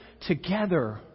together